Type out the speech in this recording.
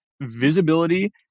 visibility